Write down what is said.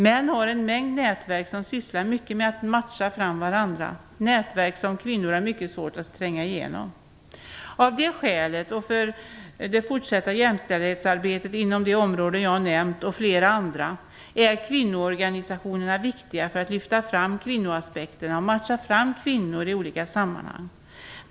Män har en mängd nätverk där man sysslar mycket med att matcha fram varandra - nätverk som kvinnor har mycket svårt att tränga igenom. Av det skälet och för det fortsatta jämställdhetsarbetet inom de områden som jag nämnt, och även inom flera andra, är kvinnoorganisationerna viktiga när det gäller att lyfta fram kvinnoaspekterna och matcha fram kvinnor i olika sammanhang.